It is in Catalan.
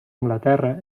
anglaterra